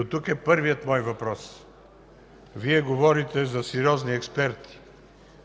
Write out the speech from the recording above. Оттук е първият мой въпрос: Вие говорите за сериозни експерти,